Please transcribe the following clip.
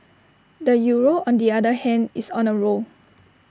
the euro on the other hand is on A roll